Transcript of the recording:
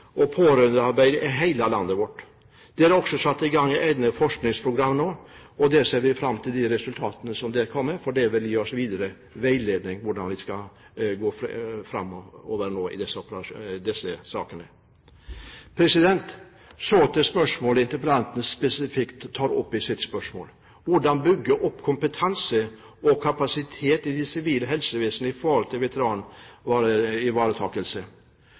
og pårørendearbeid i hele landet. Det er også satt i gang et eget forskningsprogram nå, og vi ser fram til de resultatene som der kommer, for det vil gi oss veiledning om hvordan vi skal gå framover nå i disse sakene. Så til spørsmålet interpellanten spesifikt tar opp i sitt spørsmål, hvordan bygge opp kompetanse og kapasitet i det sivile helsevesenet i forhold til